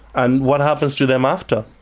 and what happens to them after?